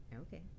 okay